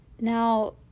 Now